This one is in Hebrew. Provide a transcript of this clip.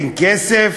אין כסף.